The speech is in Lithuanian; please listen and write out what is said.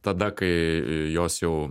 tada kai jos jau